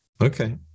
Okay